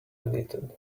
deleted